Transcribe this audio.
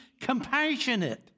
compassionate